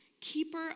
Keeper